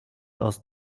aus